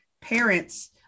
parents